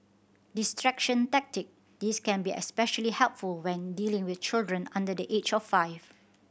distraction tactic This can be especially helpful when dealing with children under the age of five